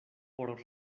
por